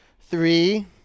Three